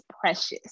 precious